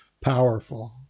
powerful